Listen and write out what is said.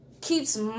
keeps